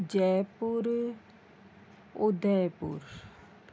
Jaipur Udaipur